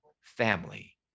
family